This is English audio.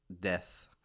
death